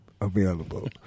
available